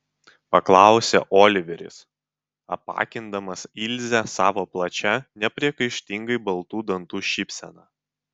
paklausė oliveris apakindamas ilzę savo plačia nepriekaištingai baltų dantų šypsena